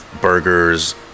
burgers